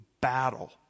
battle